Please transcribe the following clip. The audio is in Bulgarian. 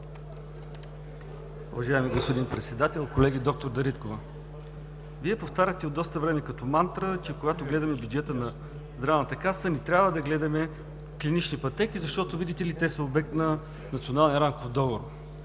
Уважаеми господин Председател, колеги! Д-р Дариткова, Вие повтаряте от доста време като мантра, че когато гледаме бюджета на Здравната каса, не трябва да гледаме клинични пътеки, защото те са обект на Националния рамков договор.